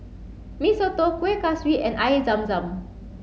Mee Soto Kueh Kaswi and Air Zam Zam